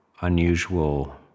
unusual